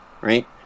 right